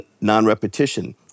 non-repetition